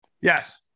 Yes